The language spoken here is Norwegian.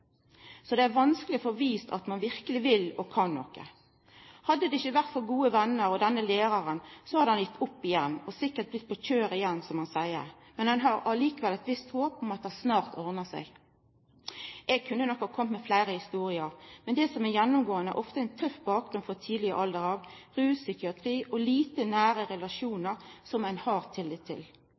Det er vanskeleg å få vist at ein verkeleg vil og kan noko. Hadde det ikkje vore for gode venner og denne læraren, hadde han gitt opp igjen og sikkert begynt på kjøret igjen, som han seier. Men han har likevel eit visst håp om at det snart ordnar seg. Eg kunne nok ha kome med fleire historier, men det som er gjennomgåande, er ofte ein tøff bakgrunn frå tidleg alder av – rus, psykiatri og få nære relasjonar som ein har tillit til